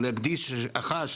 להקדיש אחת,